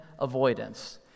avoidance